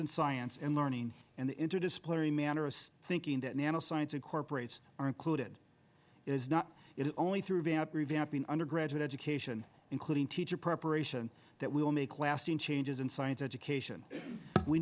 and science and learning and the interdisciplinary manner of thinking that nanoscience incorporates are included is not it only through the out revamping undergraduate education including teacher preparation that will make lasting changes in science education we